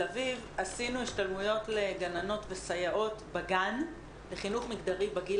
אביב עשינו השתלמויות לגננות וסייעות בגן לחינוך מגדרי בגיל